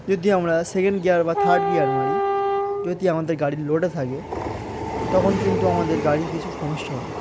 যদি আমরা second gear বা থার্ড গিয়ার মারি যদি আমাদের গাড়ির লোডে থাকে তখন কিন্তু আমাদের গাড়ির কিছু সমস্যা হয়